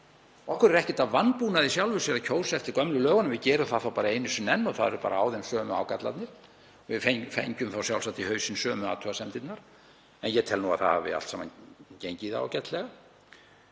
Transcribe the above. Okkur er ekkert að vanbúnaði í sjálfu sér að kjósa eftir gömlu lögunum. Við gerum það þá bara einu sinni enn og það eru bara á þeim sömu ágallarnir. Við fengjum þá sjálfsagt í hausinn sömu athugasemdirnar en ég tel að það hafi allt saman gengið ágætlega.